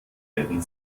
werden